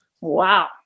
Wow